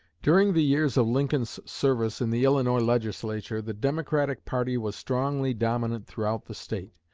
during the years of lincoln's service in the illinois legislature the democratic party was strongly dominant throughout the state.